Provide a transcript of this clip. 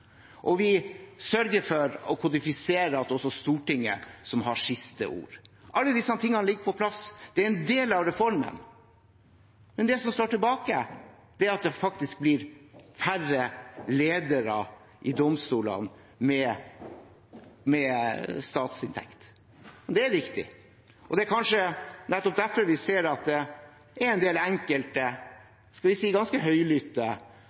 og vi sørger for å kodifisere at det er Stortinget som har siste ord. Alle disse tingene ligger på plass. Det er en del av reformen. Det som står tilbake, er at det faktisk blir færre ledere i domstolene med statsinntekt. Det er riktig. Det er kanskje nettopp derfor vi ser at det er